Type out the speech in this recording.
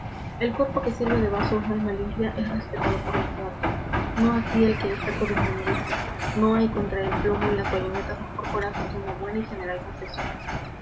el cuerpo que sirve de vaso a un alma limpia es respetado por la muerte no así el que es saco de inmundicias no hay contra el plomo y las bayonetas mejor coraza que una buena y general confesión